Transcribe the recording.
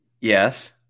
Yes